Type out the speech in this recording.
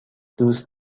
دوست